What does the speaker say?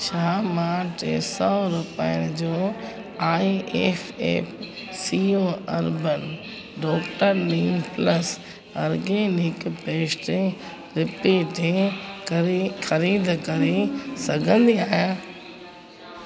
छा मां टे सौ रुपियनि जो I F F C O urban व neem plus organic paste repeat करे ख़रीद करे सघंदी आहियां